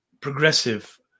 progressive